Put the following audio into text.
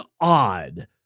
odd